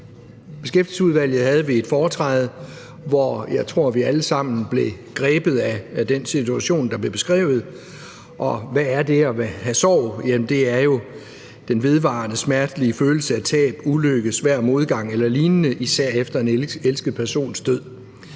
Beskæftigelsesudvalget var der et foretræde, hvor jeg tror vi alle sammen blev grebet af den situation, der blev beskrevet. Hvad er det at have sorg? Det er jo den vedvarende, smertelige følelse af tab, ulykke, svær modgang eller lignende, især efter en elsket persons død.